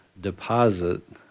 deposit